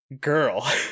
Girl